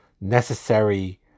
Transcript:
necessary